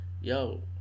yo